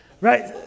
right